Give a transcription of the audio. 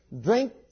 Drink